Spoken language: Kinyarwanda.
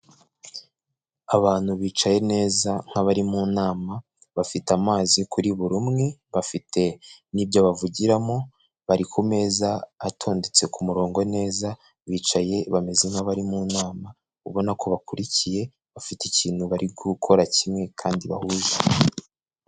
Abantu bicaye neza nk'abari mu nama bafite amazi kuri buri umwe, bafite n'ibyo bavugiramo, bari ku meza atondetse ku murongo neza bicaye bameze nk'abari mu nama ubona ko bakurikiye bafite ikintu bari gukora kimwe kandi bahuje.